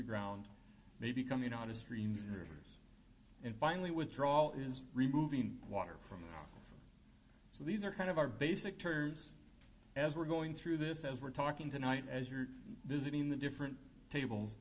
the ground maybe coming out of streams and rivers and finally withdrawal is removing water from so these are kind of our basic turns as we're going through this as we're talking tonight as you're visiting the different tables